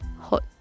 hot